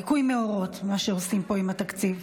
ליקוי מאורות, מה שעושים פה עם התקציב.